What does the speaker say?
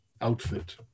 outfit